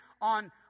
on